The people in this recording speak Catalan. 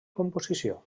composició